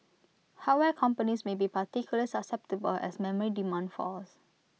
hardware companies may be particularly susceptible as memory demand falls